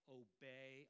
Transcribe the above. obey